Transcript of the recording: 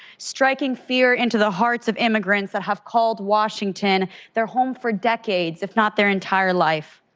striking fear into the hearts of immigrants that have called washington their home for decades, if not their entire life.